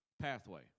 pathway